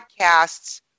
podcasts